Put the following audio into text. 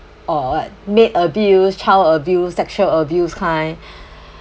or what maid abuse child abuse sexual abuse kind